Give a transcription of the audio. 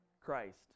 Christ